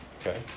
Okay